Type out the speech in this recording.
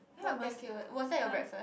what pancake word was that your breakfast